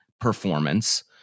performance